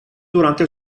durante